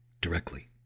directly